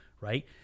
right